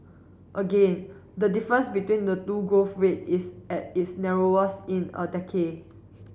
again the difference between the two growth rate is at its narrowest in a decade